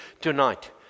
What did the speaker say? tonight